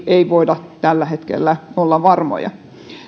ei voida tällä hetkellä olla varmoja